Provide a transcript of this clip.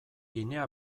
ginea